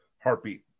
heartbeat